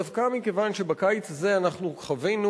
דווקא מכיוון שבקיץ הזה אנחנו חווינו